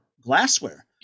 glassware